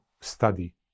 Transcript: study